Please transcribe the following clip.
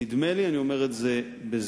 נדמה לי, אני אומר את זה בזהירות,